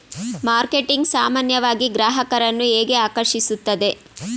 Marketing ಸಾಮಾನ್ಯವಾಗಿ ಗ್ರಾಹಕರನ್ನು ಹೇಗೆ ಆಕರ್ಷಿಸುತ್ತದೆ?